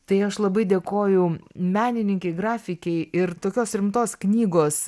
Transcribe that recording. tai aš labai dėkoju menininkei grafikei ir tokios rimtos knygos